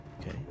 okay